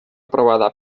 aprovada